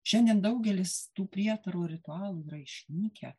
šiandien daugelis tų prietarų ritualų yra išnykę